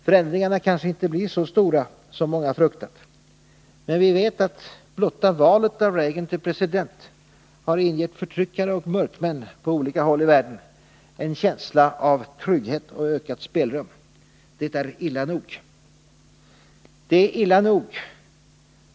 Förändringarna kanske inte blir så stora som många fruktat. Men vi vet att blotta valet av Reagan till president har ingett förtryckare och mörkmän på olika håll i världen en känsla av trygghet och ökat spelrum. Det är illa nog. Det är illa nog.